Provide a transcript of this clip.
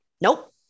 Nope